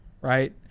right